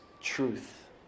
truth